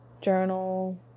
journal